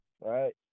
right